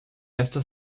esta